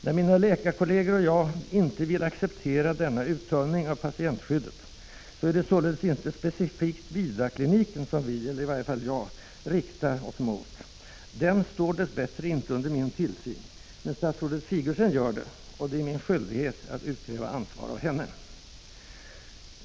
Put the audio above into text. När mina läkarkolleger och jag inte vill acceptera denna uttunning av patientskyddet, är det således inte specifikt Vidarkliniken som vi — eller i varje fall jag — riktar oss mot. Den står dess bättre inte under min tillsyn, men statsrådet Sigurdsen gör det, och det är min skyldighet att utkräva ansvar av henne.